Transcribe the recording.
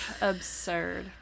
Absurd